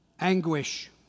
anguish